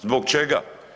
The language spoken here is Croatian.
Zbog čega?